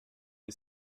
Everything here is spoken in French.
est